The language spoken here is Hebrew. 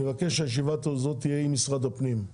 אני מבקש שהישיבה הזאת תהיה עם משרד הפנים.